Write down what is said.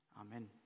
Amen